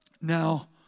Now